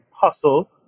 hustle